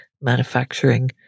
manufacturing